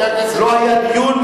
לא היה דיון,